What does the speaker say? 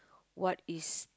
what is